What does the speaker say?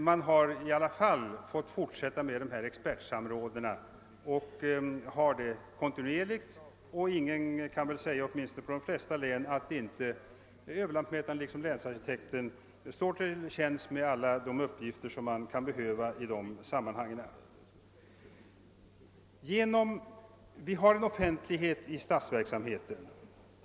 Man har också fått fortsätta med kontinuerligt expertsamråd, och åtminstone i de flesta län står väl överlantmätaren liksom länsarkitekten till tjänst med att lämna alla de uppgifter som kan behövas i sammanhanget. Vi har offentlighet i statsverksamhe ten.